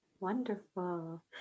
Wonderful